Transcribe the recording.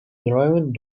driving